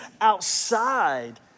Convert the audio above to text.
outside